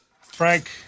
Frank